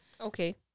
Okay